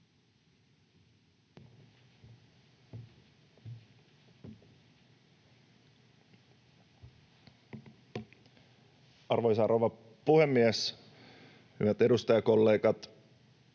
Arvoisa rouva puhemies! Hyvät edustajakollegat!